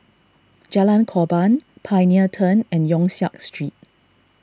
Jalan Korban Pioneer Turn and Yong Siak Street